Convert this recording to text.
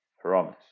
Promise